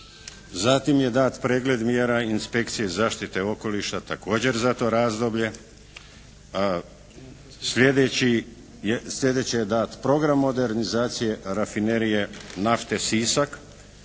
Zatim je dat pregled mjera inspekcije zaštite okoliša također za to razdoblje. Slijedeće je dat program modernizacije rafinerije nafte Sisak